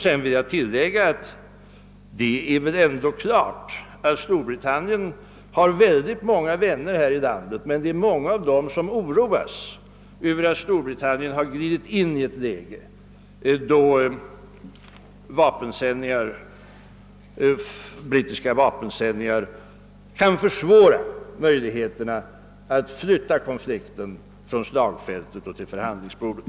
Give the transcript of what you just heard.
Sedan vill jag tillägga att Storbritanpien har många vänner här i landet och att många av dem oroas över att Storbritannien glidit in i ett sådant läge att dess vapensändningar kan försvåra möjligheterna att flytta konflikten från slagfältet till förhandlingsbordet.